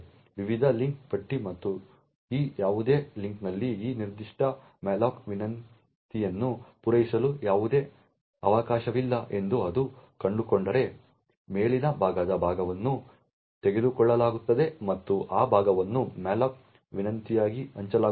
ವಿವಿಧ ಲಿಂಕ್ ಪಟ್ಟಿ ಮತ್ತು ಈ ಯಾವುದೇ ಲಿಂಕ್ನಲ್ಲಿ ಆ ನಿರ್ದಿಷ್ಟ ಮೆಮೊರಿ ಅಲೋಕೇಷನ್ಮ್ಯಾಲೋಕ್ ವಿನಂತಿಯನ್ನು ಪೂರೈಸಲು ಯಾವುದೇ ಅವಕಾಶವಿಲ್ಲ ಎಂದು ಅದು ಕಂಡುಕೊಂಡರೆ ಮೇಲಿನ ಭಾಗದ ಭಾಗವನ್ನು ತೆಗೆದುಕೊಳ್ಳಲಾಗುತ್ತದೆ ಮತ್ತು ಆ ಭಾಗವನ್ನು ಮ್ಯಾಲೋಕ್ ವಿನಂತಿಗಾಗಿ ಹಂಚಲಾಗುತ್ತದೆ